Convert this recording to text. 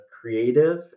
creative